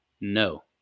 No